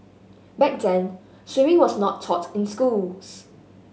back then swimming was not taught in schools